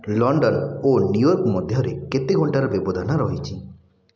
London ଓ New York ମଧ୍ୟରେ କେତେ ଘଣ୍ଟାର ବ୍ୟବଧାନ ରହିଛି